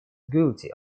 guilty